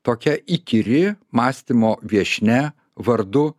tokia įkyri mąstymo viešnia vardu